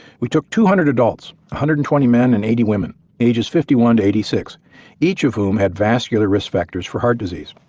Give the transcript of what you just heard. we took two hundred adults, one hundred and twenty men and eighty women ages fifty one to eighty six each of whom had vascular risk factors for heart disease,